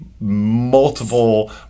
multiple